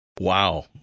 Wow